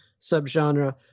subgenre